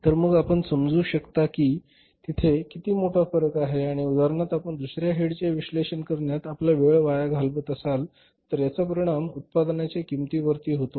तर मग आपण समजू शकता की तिथे किती मोठा फरक आहे आणि उदाहरणार्थ आपण दुसऱ्या हेडचे विश्लेषण करण्यात आपला वेळ वाया घालवत असाल तर याचा परिणाम उत्पादनाच्या किमती वरती होतो